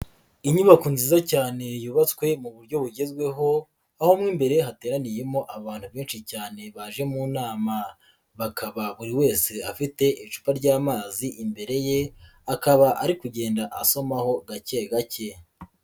Inyubako nziza cyane yubatswe mu buryo bugezweho aho imbere hateraniyemo abantu benshi cyane baje mu inama. Bakaba buri wese afite icupa ry'amazi imbere ye akaba ari kugenda asomaho gake gake.